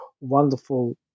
wonderful